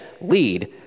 lead